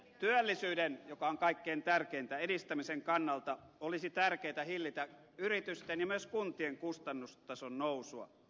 työllisyyden joka on kaikkein tärkeintä edistämisen kannalta olisi tärkeätä hillitä yritysten ja myös kun tien kustannustason nousua